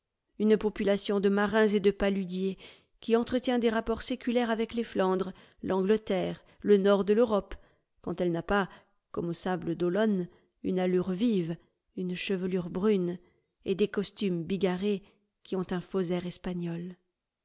une population de marins et de paludiers qui entretient des rapports séculaires avec les flandres l'angleterre le nord de l'europe quand elle n'a pas comme aux sables d'olonne une allure vive une chevelure brune et des costumes bigarrés qui ont un faux air espagnol